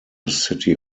city